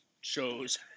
shows